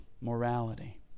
morality